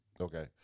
okay